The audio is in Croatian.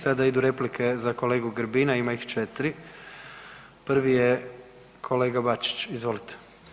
Sada idu replike za kolegu Grbina, ima ih 4. Prvi je kolega Bačić, izvolite.